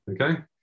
okay